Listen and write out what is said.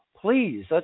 please